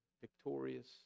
Victorious